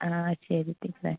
ആ ശരി ടീച്ചറേ